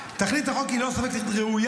תכלית החוק היא ללא ספק תכלית ראויה